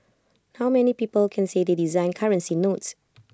how many people can say they designed currency notes